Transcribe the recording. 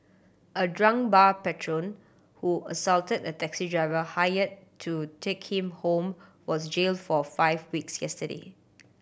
a drunk bar patron who assaulted a taxi driver hired to take him home was jailed for five weeks yesterday